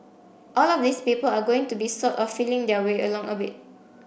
all of these people are going to be sort of feeling their way along a bit